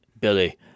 Billy